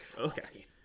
Okay